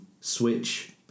Switch